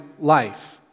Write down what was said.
life